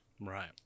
Right